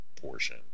portion